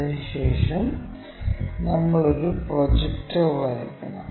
അതിനുശേഷം നമ്മൾ ഒരു പ്രൊജക്ടർ വരയ്ക്കണം